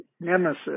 nemesis